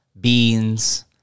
beans